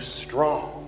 strong